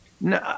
No